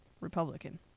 Republican